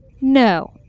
No